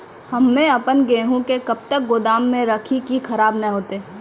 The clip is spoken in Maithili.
हम्मे आपन गेहूँ के कब तक गोदाम मे राखी कि खराब न हते?